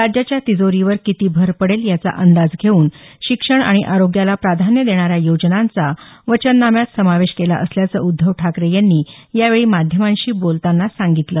राज्याच्या तिजोरीवर किती भर पडेल याचा अंदाज घेऊन शिक्षण आणि आरोग्याला प्राधान्य देणाऱ्या योजनांचा वचननाम्यात समावेश केला असल्याचं उद्धव ठाकरे यांनी यावेळी माध्यमांशी बोलतांना सांगितलं